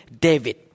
David